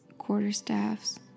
quarterstaffs